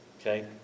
Okay